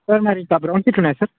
sir మరి ఇంకా brown sheets ఉన్నాయా సార్